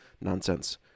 nonsense